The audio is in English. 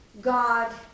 God